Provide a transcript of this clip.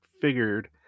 figured